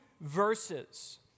verses